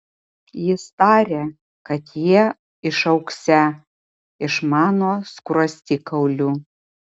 jis tarė kad jie išaugsią iš mano skruostikaulių